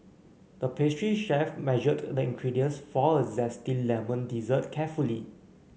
the pastry chef measured the ingredients for a zesty lemon dessert carefully